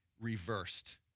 reversed